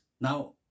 Now